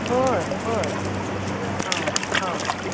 बरं बरं हां हां